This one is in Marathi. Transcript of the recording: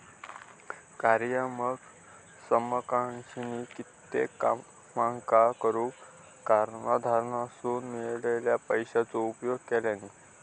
कार्यात्मक समकक्षानी कित्येक कामांका करूक कराधानासून मिळालेल्या पैशाचो उपयोग केल्यानी